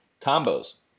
Combos